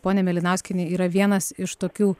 ponia mėlynauskiene yra vienas iš tokių